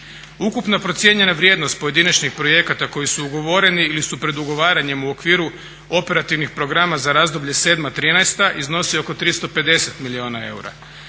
Ukupna procijenjena vrijednost pojedinačnih projekata koji su ugovoreni ili su pred ugovaranjem u okviru operativnih programa za razdoblje 2007.-2013. iznosi oko 350 milijuna eura.